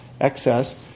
excess